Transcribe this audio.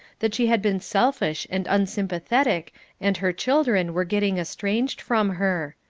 that she had been selfish and unsympathetic and her children were getting estranged from her.